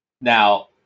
Now